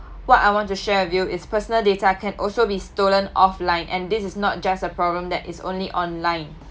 what I want to share with you is personal data can also be stolen offline and this is not just a problem that is only online